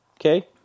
okay